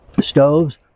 stoves